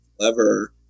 clever